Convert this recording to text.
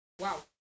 wow